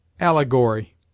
Allegory